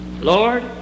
Lord